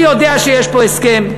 אני יודע שיש פה הסכם,